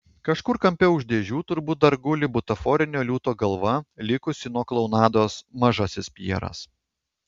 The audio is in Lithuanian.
kažkur kampe už dėžių turbūt dar guli butaforinio liūto galva likusi nuo klounados mažasis pjeras